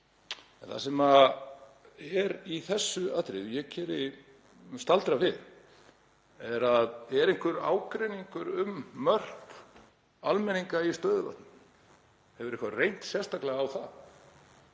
Það sem er í þessu atriði og ég staldra við er: Er einhver ágreiningur um mörk almenninga í stöðuvötnum? Hefur reynt eitthvað sérstaklega á það?